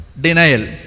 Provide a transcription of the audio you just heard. denial